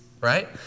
Right